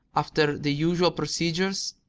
after the usual procedures,